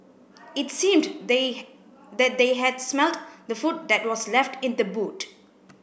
it seemed they that they had smelt the food that was left in the boot